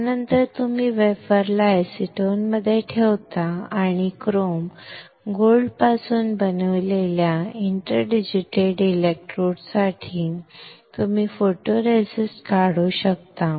यानंतर तुम्ही वेफरला एसीटोनमध्ये ठेवता आणि क्रोम सोन्यापासून बनवलेल्या इंटरडिजिटेटेड इलेक्ट्रोड साठी तुम्ही फोटोरेसिस्ट काढू शकता